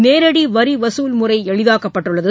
நேரடி வரி வசூல் முறை எளிதாக்கப்பட்டுள்ளது